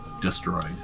destroyed